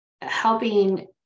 helping